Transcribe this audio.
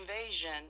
invasion